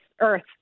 earth